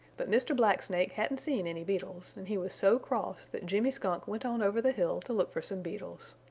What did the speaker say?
but mr. black snake hadn't seen any beetles, and he was so cross that jimmy skunk went on over the hill to look for some beetles.